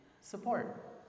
support